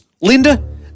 Linda